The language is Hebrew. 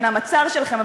אומנם הצר שלכם,